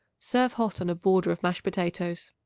serve hot on a border of mashed potatoes.